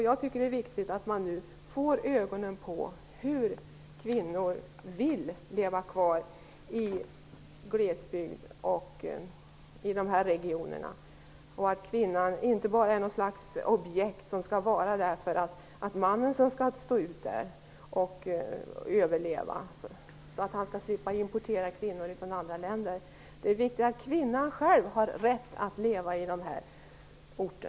Jag tycker att det är viktigt att få ögonen på hur kvinnor vill leva kvar i glesbygden och dessa regioner. Kvinnan skall inte bara vara något slags objekt som skall finnas där för att mannen skall stå ut att bo där och slippa behöva importera kvinnor från andra länder. Det är viktigt att kvinnan själv har rätt att leva på dessa orter.